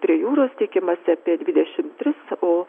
prie jūros tikimasi apie dvidešim tris o